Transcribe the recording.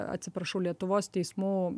atsiprašau lietuvos teismų